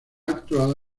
actuado